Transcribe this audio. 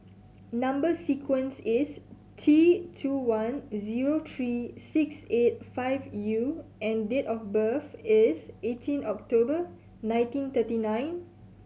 number sequence is T two one zero three six eight five U and date of birth is eighteen October nineteen thirty nine